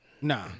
Nah